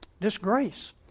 disgrace